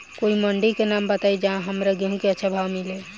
कोई मंडी के नाम बताई जहां हमरा गेहूं के अच्छा भाव मिले?